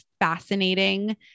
fascinating